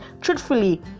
truthfully